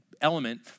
element